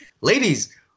ladies